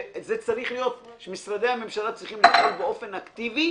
זה צריך להיות שמשרדי הממשלה צריכים לפעול באופן אקטיבי